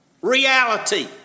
reality